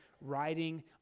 writing